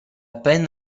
peine